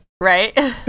Right